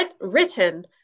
written